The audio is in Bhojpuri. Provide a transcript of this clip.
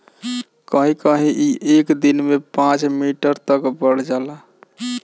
कहीं कहीं ई एक दिन में पाँच मीटर बढ़ जाला